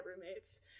roommates